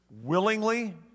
willingly